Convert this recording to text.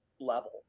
level